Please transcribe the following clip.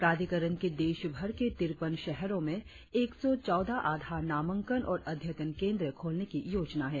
प्राधिकरण की देशभर के तिरपन शहरों में एक सौ चौदह आधार नामांकन और अद्यतन केंद्र खोलने की योजना है